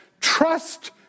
trust